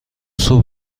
صبح